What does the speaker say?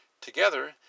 Together